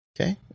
Okay